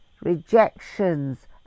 rejections